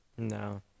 No